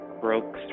broke